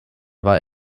war